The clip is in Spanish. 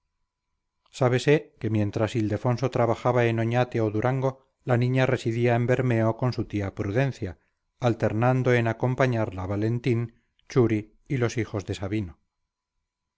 sábese que mientras ildefonso trabajaba en oñate o durango la niña residía en bermeo con su tía prudencia alternando en acompañarla valentín churi y los hijos de sabino